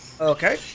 Okay